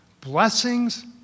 blessings